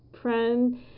friend